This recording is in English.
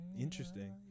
Interesting